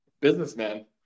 Businessman